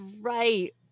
right